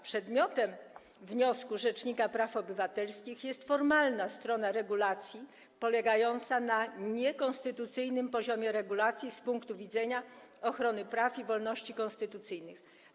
Przedmiotem wniosku rzecznika praw obywatelskich jest formalna strona regulacji polegająca na niekonstytucyjnym poziomie regulacji z punktu widzenia ochrony praw i wolności konstytucyjnych.